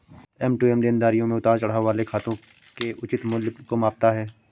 M to M देनदारियों में उतार चढ़ाव वाले खातों के उचित मूल्य को मापता है